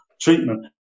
treatment